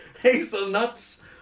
hazelnuts